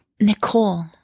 Nicole